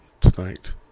tonight